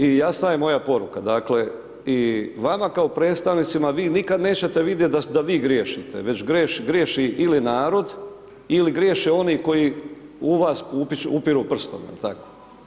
I jasna je moja poruka, dakle i vama kao predstavnicima, vi nikad nećete vidjet da vi griješite, već griješi ili narod, ili griješe oni koji u vas upiru prstom, jel' tako?